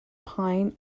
pine